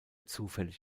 zufällig